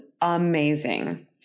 amazing